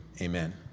Amen